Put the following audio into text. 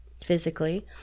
physically